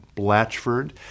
Blatchford